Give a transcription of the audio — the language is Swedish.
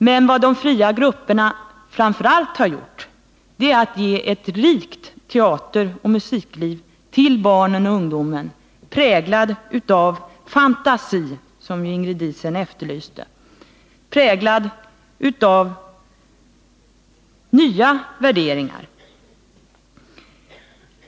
Men de fria grupperna har framför allt gett ett rikt teateroch musikliv åt barnen och ungdomen, präglat av fantasi — som Ingrid Diesen efterlyste — och av nya värderingar.